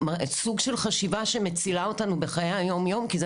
כלומר סוג של חשיבה שמצילה אותנו בחיי היום-יום כי זה